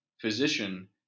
physician